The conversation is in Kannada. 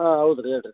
ಹಾಂ ಹೌದ್ರಿ ಹೇಳ್ರಿ